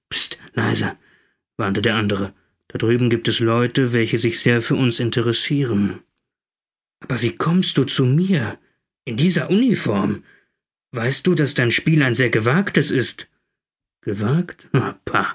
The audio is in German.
warnte der andere da drüben gibt es leute welche sich sehr für uns interessiren aber wie kommst du zu mir in dieser uniform weißt du daß dein spiel ein sehr gewagtes ist gewagt